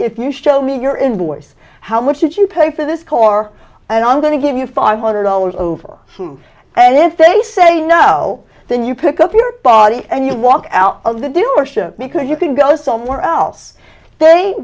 if you show me your invoice how much should you pay for this core and i'm going to give you five hundred dollars over them and if they say no then you pick up your body and you walk out of the dealership because you can go somewhere else they